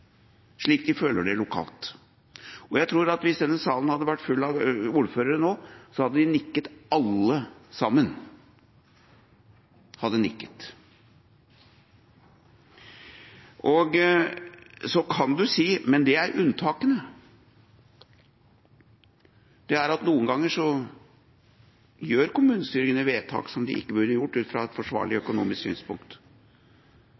slik de føler det lokalt. Jeg tror at hvis denne salen hadde vært full av ordførere nå, hadde de nikket alle sammen – alle sammen hadde nikket. Så kan man si, men det er unntakene, at noen ganger fatter kommunestyrene vedtak som de ikke burde fattet ut fra et forsvarlig økonomisk synspunkt.